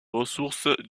ressources